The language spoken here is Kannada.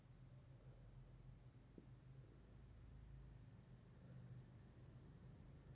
ಹಣಕಾಸಿನ್ ಕೆಲ್ಸ ಹಣಕಾಸಿನ ಯೋಜಕ ವಿಶ್ಲೇಷಕ ವಿಮಾಗಣಕ ಸೆಕ್ಯೂರಿಟೇಸ್ ಟ್ರೇಡರ್ ಪೋರ್ಟ್ಪೋಲಿಯೋ ಮ್ಯಾನೇಜರ್ ಪರಿಮಾಣಾತ್ಮಕ ವಿಶ್ಲೇಷಕ